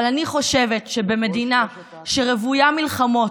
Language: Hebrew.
אבל אני חושבת שבמדינה רוויית מלחמות,